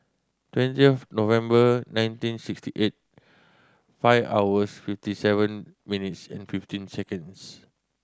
twenty of November nineteen sixty eight five hours fifty seven minutes and fifteen seconds